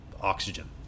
oxygen